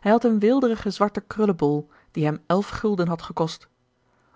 hij had een weelderigen zwarten krullenbol die hem elf gulden had gekost